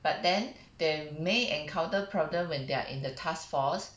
but then they may encounter problem when they are in the task force